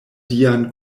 dian